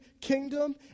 kingdom